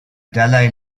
dalaï